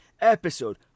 episode